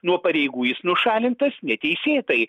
nuo pareigų jis nušalintas neteisėtai